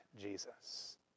Jesus